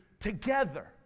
together